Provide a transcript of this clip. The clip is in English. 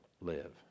live